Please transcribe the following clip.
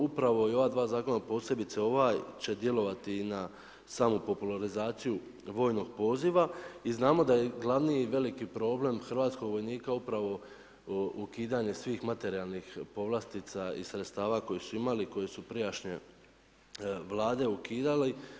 Upravo i ova zakon, posebice ovaj će djelovati na samu popularizaciju vojnog poziva i znamo da je glavni i veliki problem hrvatskog vojnika upravo ukidanje svih materijalni povlastica i sredstava koje su imali i koje su prijašnje Vlade ukidale.